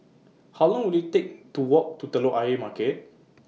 How Long Will IT Take to Walk to Telok Ayer Market